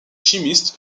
chimiste